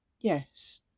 Yes